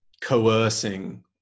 coercing